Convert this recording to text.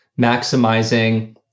maximizing